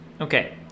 okay